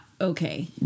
okay